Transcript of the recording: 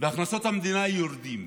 והכנסות המדינה יורדות.